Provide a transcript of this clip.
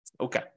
Okay